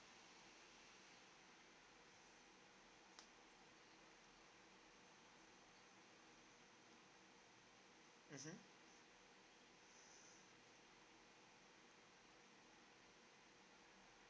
mmhmm